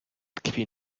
tkwi